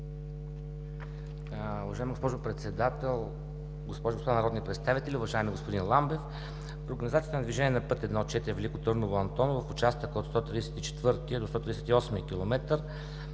Уважаема госпожо Председател, госпожи и господа народни представители! Уважаеми господин Ламбев, организацията на движение на път 1.4 Велико Търново – Антоново, в участъка от 134 до 138 км,